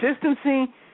Consistency